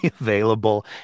available